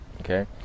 Okay